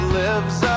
lives